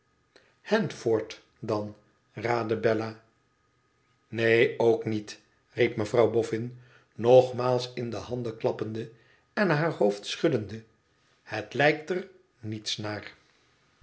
handford dan raadde bella neen ook niet riep mevrouw boffin nogmaals in de handen klappende en haar hoofd schuddende het lijkt er niets naar